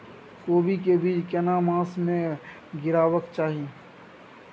कोबी के बीज केना मास में गीरावक चाही?